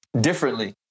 differently